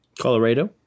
Colorado